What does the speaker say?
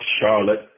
Charlotte